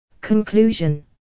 Conclusion